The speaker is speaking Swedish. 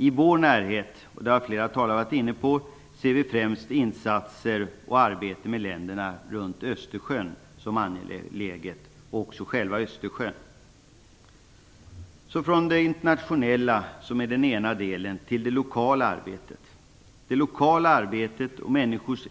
I vår närhet - det har flera talare varit inne på - ser vi främst insatser för och arbete med länderna runt Östersjön som angeläget, liksom själva Östersjön. Från det internationella, som är den ena delen, till det lokala arbetet. Det lokala arbetet och människors